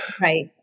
Right